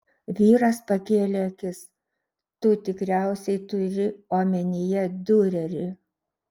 vyras pakėlė akis tu tikriausiai turi omenyje diurerį